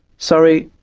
sorry,